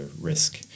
risk